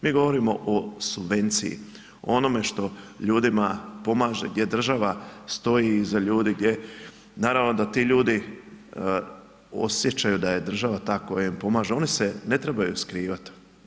Mi govorimo o subvenciji, o onome što ljudima pomaže gdje država stoji iza ljudi, gdje naravno da ti ljudi osjećaju da je država ta koja im pomaže, oni se ne trebaju skrivati.